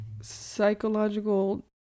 psychological